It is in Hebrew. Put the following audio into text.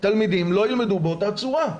תלמידים לא ילמדו באותה צורה.